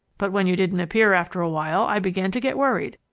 but when you didn't appear after a while, i began to get worried,